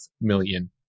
million